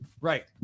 right